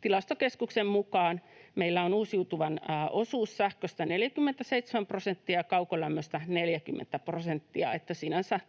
Tilastokeskuksen mukaan meillä on uusiutuvan osuus sähköstä 47 prosenttia ja kaukolämmöstä 40 prosenttia, niin että sinänsä